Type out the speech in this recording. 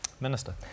Minister